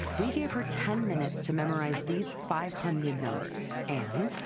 we gave her ten minutes to memorize these five hundred numbers. and.